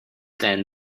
then